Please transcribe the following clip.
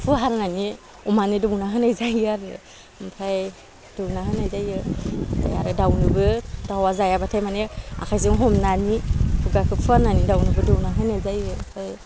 फुवारनानि अमानो दौना होनाय जायो आरो ओमफ्राय दौना होनाय जायो आरो दाउनोबो दावा जायाबाथाय माने आखायजों हमनानै खुगाखौ फुवारनानै दाउनोबो दौना होनाय जायो ओमफ्राय